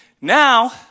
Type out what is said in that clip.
now